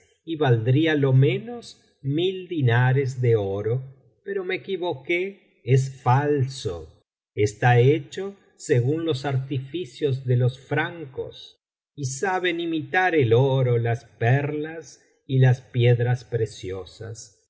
y valdría lo menos mil dinares de oro pero me equivoqué es falso está hecho según los artificios ele los francos que saben imitar el oro las perlas y las piedras preciosas